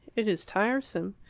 it is tiresome,